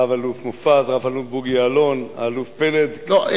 רב-אלוף מופז, רב-אלוף בוגי יעלון, האלוף פלד, לא.